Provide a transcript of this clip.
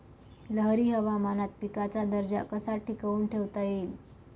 लहरी हवामानात पिकाचा दर्जा कसा टिकवून ठेवता येईल?